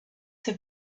have